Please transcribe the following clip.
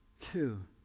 Two